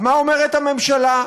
מה אומרת הממשלה?